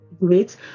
great